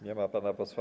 Nie ma pana posła.